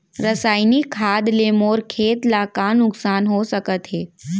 रसायनिक खाद ले मोर खेत ला का नुकसान हो सकत हे?